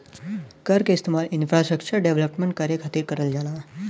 कर क इस्तेमाल इंफ्रास्ट्रक्चर डेवलपमेंट करे खातिर करल जाला